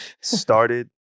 started